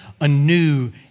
anew